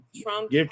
Trump